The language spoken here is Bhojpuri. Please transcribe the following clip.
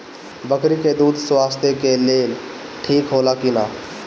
बकरी के दूध स्वास्थ्य के लेल ठीक होला कि ना?